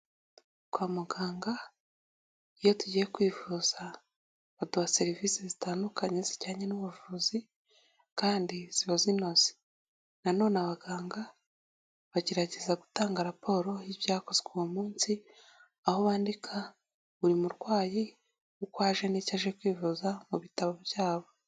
Kwa muganga iyo tugiye kwivuza baduha serivisi zitandukanye zijyanye n'ubuvuzi kandi ziba zinoze, nanone abaganga bagerageza gutanga raporo y'ibyakozwe uwo munsi aho bandika buri murwayi uko aje n'icyo aje kwivuza mu bitabo byabo.